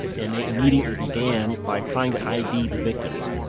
and they immediately began by trying to id the victims.